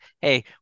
hey